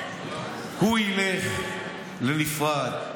הוא ילך לנפרד,